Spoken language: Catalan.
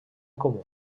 comú